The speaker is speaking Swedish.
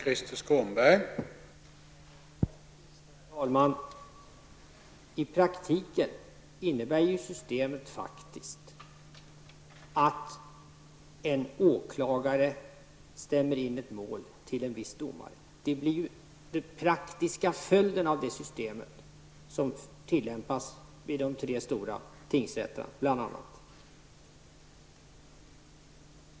Herr talman! I praktiken innebär systemet faktiskt att en åklagare stämmer ett mål till en viss domare. Det blir den praktiska följden av det system som tillämpas vid bl.a. de tre stora tingsrätterna.